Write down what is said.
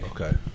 Okay